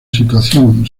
situación